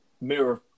mirror